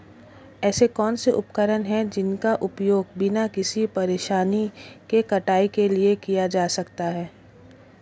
ऐसे कौनसे उपकरण हैं जिनका उपयोग बिना किसी परेशानी के कटाई के लिए किया जा सकता है?